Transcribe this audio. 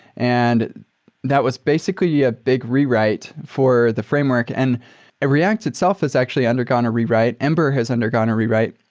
and that was basically a big rewrite for the framework. and reacts itself has actually undergone a rewrite. ember has undergone a rewrite,